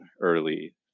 early